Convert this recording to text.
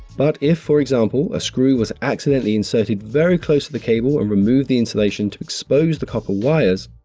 but if for example, a screw was accidentally inserted very close to the cable and removed the insulation to expose the copper wires,